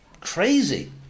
crazy